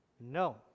no